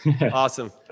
Awesome